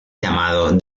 llamado